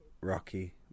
Rocky